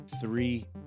Three